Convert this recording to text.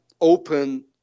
open